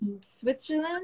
Switzerland